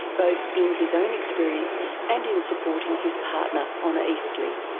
both in his own experience and in supporting his partner, honor eastly.